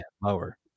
lower